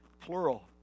plural